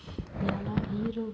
ya lah hero